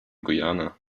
guyana